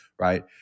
right